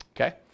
okay